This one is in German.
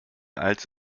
als